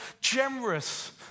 generous